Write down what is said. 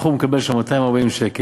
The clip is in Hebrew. בחור מקבל שם 240 שקל,